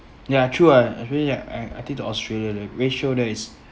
ya true ah actually ya I I think the australia there ratio there is